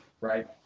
right